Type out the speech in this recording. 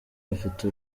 bafite